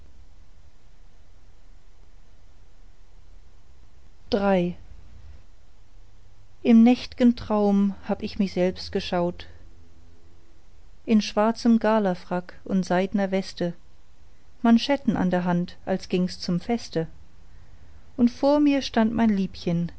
iii im nächtgen traum hab ich mich selbst geschaut in schwarzem galafrack und seidner weste manschetten an der hand als ging's zum feste und vor mir stand mein liebchen